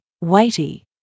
weighty